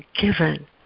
given